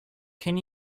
can